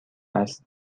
است